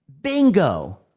bingo